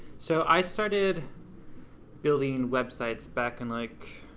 so i started building websites back in like,